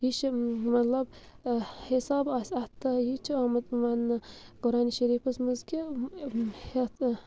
یہِ چھُ مطلب حِساب آسہِ اَتھ تہٕ یہِ چھُ آمُت وَننہٕ قرآنِ شریٖفَس منٛز کہِ ہٮ۪تھ